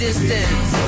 Distance